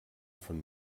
von